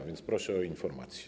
A więc proszę o informację.